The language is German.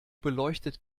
beleuchtet